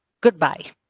goodbye